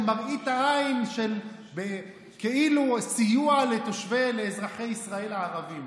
מראית עין של כאילו סיוע לתושבי ולאזרחי ישראל הערבים.